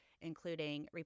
including